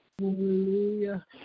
Hallelujah